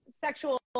sexual